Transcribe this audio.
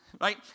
right